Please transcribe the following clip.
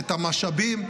את המשאבים,